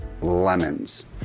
lemons